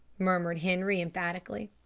murmured henri emphatically.